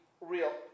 real